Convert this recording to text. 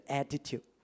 attitude